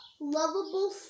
lovable